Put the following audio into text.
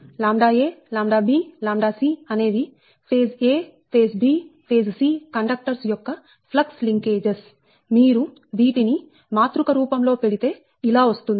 ʎa ʎbʎc అనే వి phase a phase b phase c conductors యొక్క ఫ్లక్స్ లింకేజెస్ మీరు వీటిని మాతృక రూపం లో పెడితే ఇలా వస్తుంది